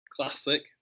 Classic